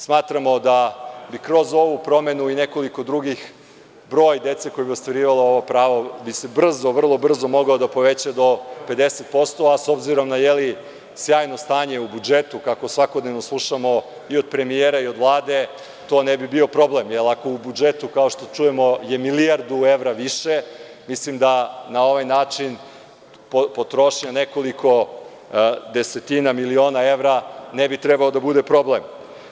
Smatramo da bi kroz ovu promenu i nekoliko drugih broj dece koja bi ostvarivalo ovo pravo bi se brzo, vrlo brzo, mogao da poveća do 50%, a s obzirom sjajno stanje u budžetu kako svakodnevno slušamo i od premijera i od Vlade, to ne bi bio problem, jer ako u budžetu, kao što čujemo je milijardu evra više, mislim da na ovaj način potrošnja nekoliko desetina miliona evra ne bi trebalo da bude problem.